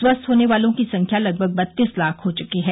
स्वस्थ होने वालों की संख्या लगभग बत्तीस लाख हो चुकी है